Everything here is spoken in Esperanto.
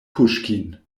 puŝkin